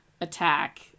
attack